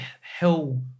hell